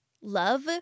love